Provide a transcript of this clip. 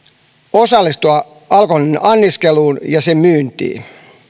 osallistua alkoholin anniskeluun ja sen myyntiin